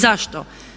Zašto?